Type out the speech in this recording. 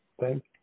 Thank